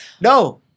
No